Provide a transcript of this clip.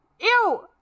Ew